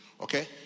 okay